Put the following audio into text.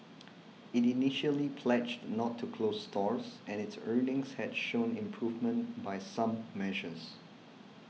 it initially pledged not to close stores and its earnings had shown improvement by some measures